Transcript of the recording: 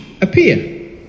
Appear